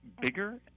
bigger